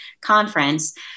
conference